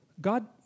God